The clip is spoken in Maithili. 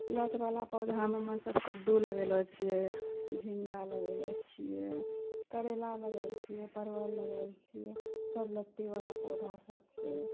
लत बला पौधामे हमरासभ कद्दू लगे लए छियै झिङ्गा लगे लए छियै करेला लगायल छियै परवल लगायल छियै सब लत्तीवला पौधा सब छै